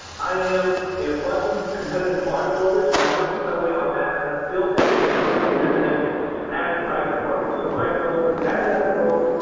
i am a budding competitive bodybuilder, so i'm working my way on that. and i'm building this coaching business as i grow. so my goal is, as i grow,